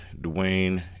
Dwayne